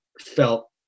felt